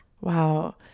Wow